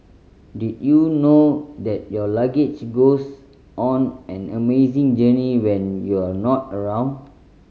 did you know that your luggage goes on an amazing journey when you're not around